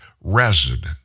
resident